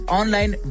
online